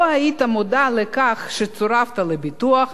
לא היית מודע לכך שצורפת לביטוח,